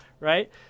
Right